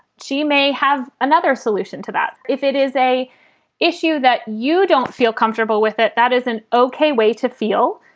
she may have another solution to that. if it is a issue that you don't feel comfortable with it. that is an okay way to feel.